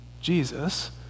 Jesus